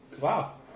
Wow